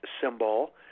symbol